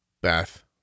Beth